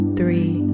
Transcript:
three